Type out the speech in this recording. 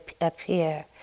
appear